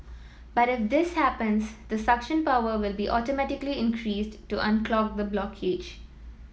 but if this happens the suction power will be automatically increased to unclog the blockage